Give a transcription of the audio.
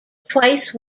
twice